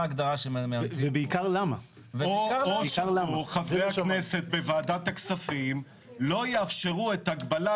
הגדרה שמאמצים פה --- חברי הכנסת בוועדת הכספים לא יאפשרו את הגבלת